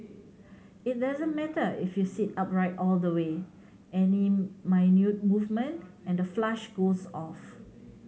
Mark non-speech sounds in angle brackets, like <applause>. it doesn't matter if you sit upright all the way any <unintelligible> movement and the flush goes off